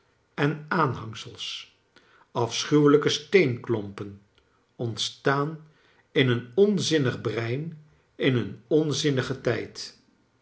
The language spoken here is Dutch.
en aanhangsels afschuwelijke steenklompen ontstaan in een onzinnig brein in een onzinnigen tijd